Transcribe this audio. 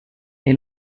est